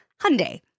Hyundai